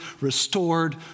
restored